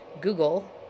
Google